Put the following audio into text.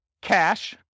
cash